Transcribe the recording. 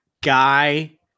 guy